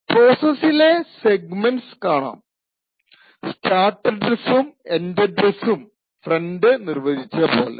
പ്രോസസ്സിലെ പല സെഗ്മെൻറ്സ് കാണാം സ്റ്റാർട്ട് അഡ്രസ്സും എൻഡ് അഡ്രസ്സും ഫ്രണ്ട് നിർവചിച്ച പോലെ